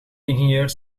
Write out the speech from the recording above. ingenieurs